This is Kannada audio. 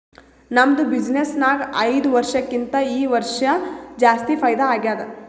ನಮ್ದು ಬಿಸಿನ್ನೆಸ್ ನಾಗ್ ಐಯ್ದ ವರ್ಷಕ್ಕಿಂತಾ ಈ ವರ್ಷ ಜಾಸ್ತಿ ಫೈದಾ ಆಗ್ಯಾದ್